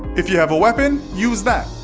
if you have a weapon, use that.